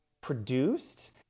produced